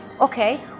okay